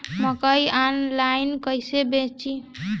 मकई आनलाइन कइसे बेची?